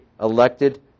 elected